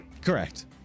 Correct